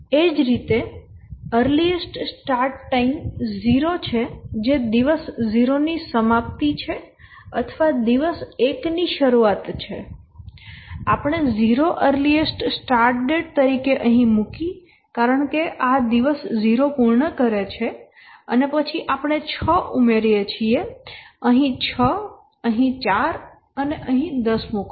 એ જ રીતે આ અર્લીએસ્ટ સ્ટાર્ટ ટાઈમ 0 છે જે દિવસ 0 ની સમાપ્તિ છે અથવા દિવસ 1 ની શરૂઆત છે અને આપણે 0 અર્લીએસ્ટ સ્ટાર્ટ ડેટ તરીકે અહીં મૂકી કારણ કે આ દિવસ 0 પૂર્ણ કરે છે અને પછી આપણે 6 ઉમેરીએ છીએ અહીં 6 અહીં 4 અને અહીં 10 મૂકો